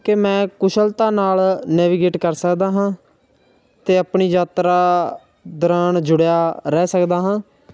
ਕਿ ਮੈਂ ਕੁਸ਼ਲਤਾ ਨਾਲ ਨੈਵੀਗੇਟ ਕਰ ਸਕਦਾ ਹਾਂ ਅਤੇ ਆਪਣੀ ਯਾਤਰਾ ਦੌਰਾਨ ਜੁੜਿਆ ਰਹਿ ਸਕਦਾ ਹਾਂ